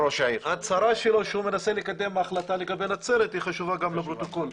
ההצהרה שלו שהוא מנסה לקדם החלטה לגבי נצרת חשובה גם לפרוטוקול.